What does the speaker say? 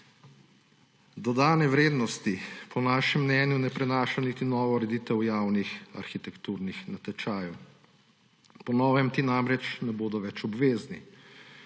Dodane vrednosti po našem mnenju ne prinaša niti nova ureditev javnih arhitekturnih natečajev. Po novem ti namreč ne bodo več obvezni.